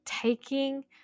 taking